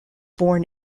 born